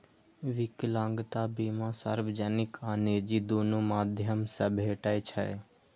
विकलांगता बीमा सार्वजनिक आ निजी, दुनू माध्यम सं भेटै छै